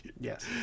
Yes